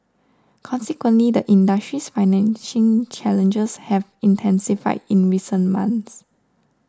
consequently the industry's financing challenges have intensified in recent months